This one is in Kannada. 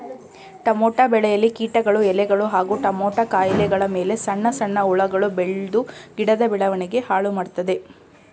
ಟಮೋಟ ಬೆಳೆಯಲ್ಲಿ ಕೀಟಗಳು ಎಲೆಗಳು ಹಾಗೂ ಟಮೋಟ ಕಾಯಿಗಳಮೇಲೆ ಸಣ್ಣ ಸಣ್ಣ ಹುಳಗಳು ಬೆಳ್ದು ಗಿಡದ ಬೆಳವಣಿಗೆ ಹಾಳುಮಾಡ್ತದೆ